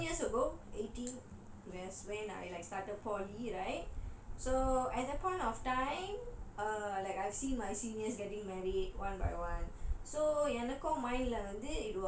so ten years ago eighteen was when I started polytechnic right so at that point of time err like I've seen my seniors getting married one by one so எனக்கும்:enakkum mind leh வந்து:vanthu